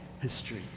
history